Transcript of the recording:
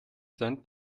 send